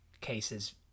cases